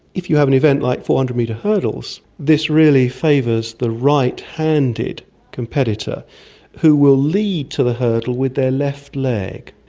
if you have an event like the four hundred metre hurdles, this really favours the right-handed competitor who will lead to the hurdle with their left leg,